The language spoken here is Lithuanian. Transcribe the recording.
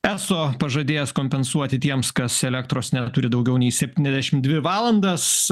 eso pažadėjęs kompensuoti tiems kas elektros neturi daugiau nei septyniasdešim dvi valandas